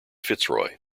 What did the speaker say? fitzroy